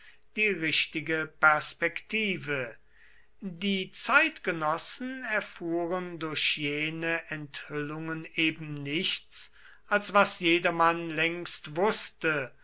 die richtige perspektive die zeitgenossen erfuhren durch jene enthüllungen eben nichts als was jedermann längst wußte